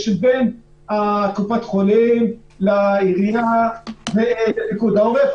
שבין קופת החולים לעירייה ופיקוד העורף.